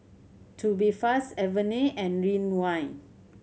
Tubifast Avene and Ridwind